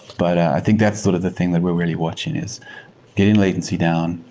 but i think that's sort of the thing that we're really watching, is getting latency down,